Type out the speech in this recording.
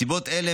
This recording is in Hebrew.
מסיבות אלו,